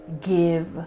give